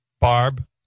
Barb